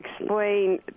explain